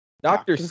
Doctor